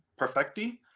perfecti